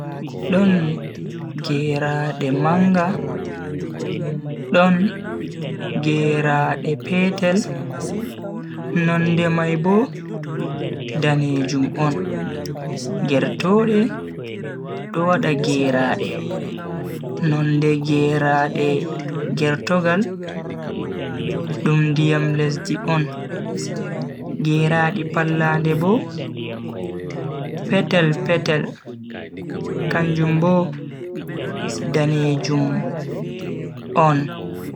Don geraade manga, don geraade petel, nonde mai bo danejum on. Gertoode do wada geraade, nonde geraade gertogal dum ndiyam lesdi on. geraade pallandi Bo petel petel kanjum Bo danejum on.